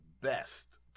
best